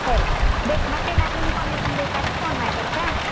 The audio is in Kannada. ಸರಿ ಬೇಕು ಮತ್ತೇನಾದರೂ ಇನ್ಫರ್ಮೇಶನ್ ಬೇಕಾದರೆ ಫೋನ್ ಮಾಡಿ ಆಯಿತಾ